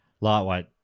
lightweight